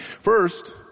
First